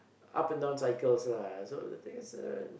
up and down cycles lah so the thing is uh